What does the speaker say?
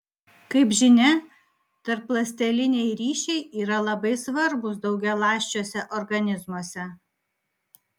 kaip žinia tarpląsteliniai ryšiai yra labai svarbūs daugialąsčiuose organizmuose